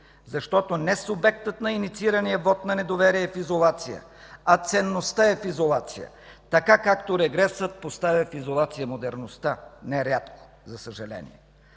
защото не субектът на инициирания вот на недоверие е в изолация, а ценността е в изолация, така както регресът поставя в изолация модерността – нерядко, за съжаление.